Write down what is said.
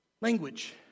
language